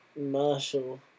Marshall